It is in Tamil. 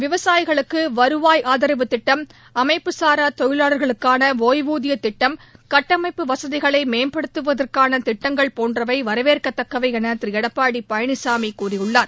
விவசாயிகளுக்கு வருவாய் ஆதரவு திட்டம் அமைப்புசாரா தொழிலாளர்களுக்கான ஒய்வூதியத் திட்டம் கட்டமைப்பு வசதிகளை மேம்படுத்தவதற்கான திட்டங்கள் போன்றவை வரவேற்கத்தக்கவை என திரு எடப்பாடி பழனிசாமி கூறியுள்ளார்